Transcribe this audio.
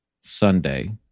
Sunday